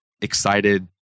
excited